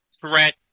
threat